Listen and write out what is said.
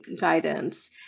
guidance